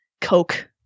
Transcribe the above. coke